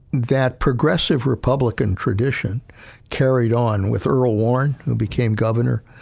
that progressive republican tradition carried on with earl warren, who became governor,